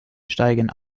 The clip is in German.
steigen